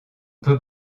peut